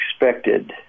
expected